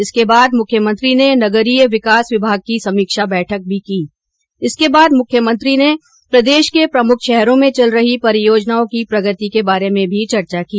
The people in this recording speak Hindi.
इसके बाद मुख्यमंत्री ने नगरीय विकास विभाग की समीक्षा बैठक भी की जिसमें प्रदेश के प्रमुख शहरों में चल रही परियोजनाओं की प्रगति के बारे में चर्चा हई